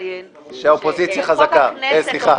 שהאופוזיציה חזקה אה, סליחה.